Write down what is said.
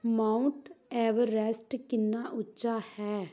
Mount Everest ਕਿੰਨਾ ਉੱਚਾ ਹੈ